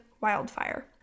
wildfire